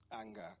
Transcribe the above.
anger